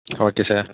okay sir